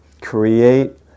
create